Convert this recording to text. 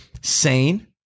sane